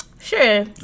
Sure